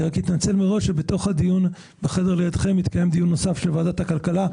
אני רק מתנצל מראש שבחדר לידכם מתקיים דיון נוסף של ועדת הכלכלה,